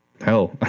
Hell